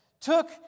took